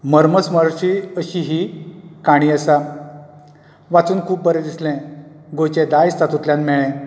मर्मस्पर अशी ही काणी आसा वाचून खूब बरे दिसलें गोंयचे दायज तातुंल्यान मेळ्ळें